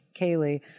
Kaylee